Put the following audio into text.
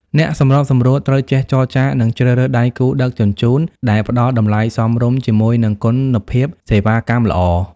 អ្នកសម្របសម្រួលត្រូវចេះចរចា និងជ្រើសរើសដៃគូដឹកជញ្ជូនដែលផ្តល់តម្លៃសមរម្យជាមួយនឹងគុណភាពសេវាកម្មល្អ។